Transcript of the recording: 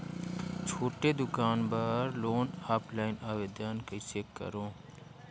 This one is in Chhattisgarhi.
छोटे दुकान बर लोन ऑफलाइन आवेदन कइसे करो?